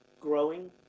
growing